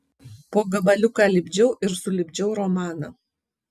po gabaliuką lipdžiau ir sulipdžiau romaną